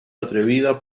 atrevida